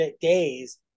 days